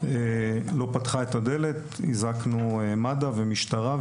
היא לא פתחה את הדלת ואנחנו הזעקנו את מד״א ואת המשטרה,